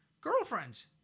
Girlfriends